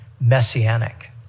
messianic